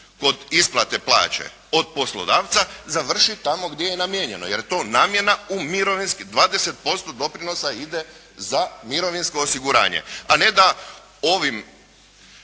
kod isplate plaće od poslodavca završi tamo gdje je namijenjeno, jer je to namjena u mirovinski 20% doprinosa ide za mirovinsko osiguranje, a ne da ovim